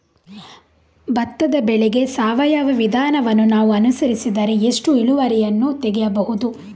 ಭತ್ತದ ಬೆಳೆಗೆ ಸಾವಯವ ವಿಧಾನವನ್ನು ನಾವು ಅನುಸರಿಸಿದರೆ ಎಷ್ಟು ಇಳುವರಿಯನ್ನು ತೆಗೆಯಬಹುದು?